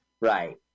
Right